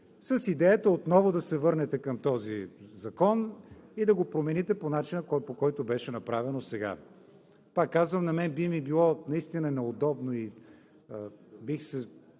с идеята отново да се върнете към този закон и да го промените по начина, по който беше направено сега. Пак казвам: на мен би ми било наистина неудобно и бих се